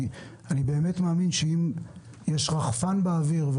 אני באמת מאמין שאם יש רחפן באוויר עם צ'קלקה,